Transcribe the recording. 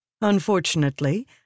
Unfortunately